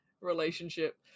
relationship